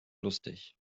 lustig